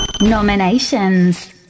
Nominations